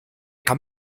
kann